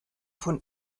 von